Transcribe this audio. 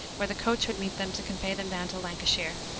where the coach would meet them to convey them down to lancashire.